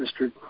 Mr